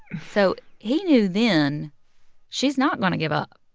so he knew then she's not going to give up.